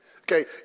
Okay